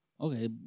okay